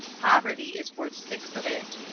poverty is worth six of it.